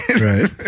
Right